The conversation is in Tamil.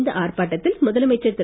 இந்த ஆர்ப்பாட்டத்தில் முதலமைச்சர் திரு